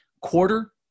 Quarter